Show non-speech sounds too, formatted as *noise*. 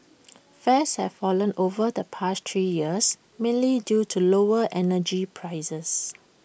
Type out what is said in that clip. *noise* fares have fallen over the past three years mainly due to lower energy prices